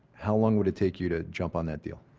how long would it take you to jump on that deal?